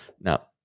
Now